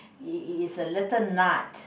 it is a little nut